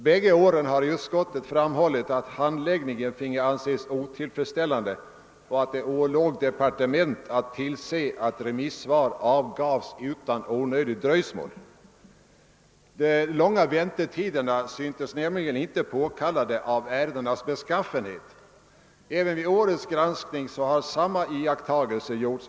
Bägge åren har utskottet framhållit, att handläggningen finge anses otillfredsställande och att det ålåg departement att tillse att remissvar avgavs utan onödigt dröjsmål. De onödigt långa väntetiderna syntes nämligen inte påkallade av ärendenas beskaffenhet. Även vid årets granskning har samma iakttagelser gjorts.